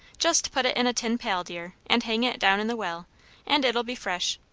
just put it in a tin pail, dear, and hang it down in the well and it'll be fresh.